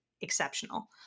exceptional